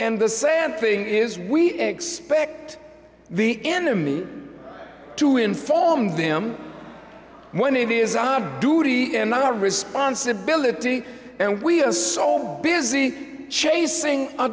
and the sad thing is we expect the enemy to inform them when it is on duty and not have responsibility and we are so busy chasing a